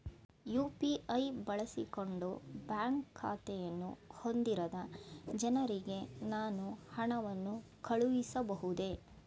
UPI ಬಳಸಿಕೊಂಡು bank ಖಾತೆಯನ್ನು ಹೊಂದಿರದ ಜನರಿಗೆ ನಾನು ಹಣವನ್ನು ಕಳುಹಿಸಬಹುದೇ?